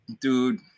Dude